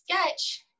sketch